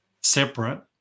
separate